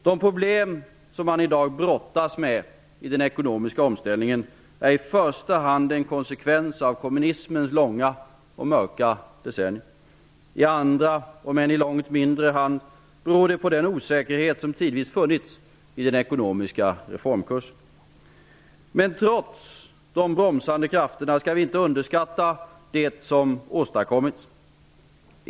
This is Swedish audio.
De problem man i dag brottas med i den ekonomiska omställningen i Ryssland är i första hand en konsekvens av kommunismens långa och mörka decennier. I andra hand, om än i långt mindre utsträckning, beror de på den osäkerhet som tidvis funnits i den ekonomiska reformkursen. Men trots att de bromsande krafterna funnits skall vi inte underskatta det som åstadkommits under de senaste åren.